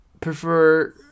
prefer